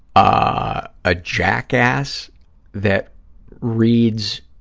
ah a jackass that reads